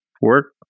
work –